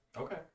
Okay